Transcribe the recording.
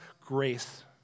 grace